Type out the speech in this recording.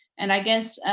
and i guess,